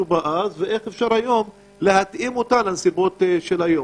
בה אז ואיך אפשר היום להתאים אותה לנסיבות של היום.